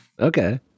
Okay